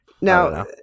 now